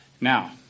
Now